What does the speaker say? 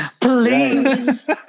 Please